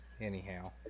anyhow